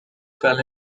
fell